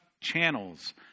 channels